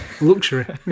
Luxury